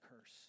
curse